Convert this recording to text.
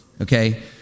okay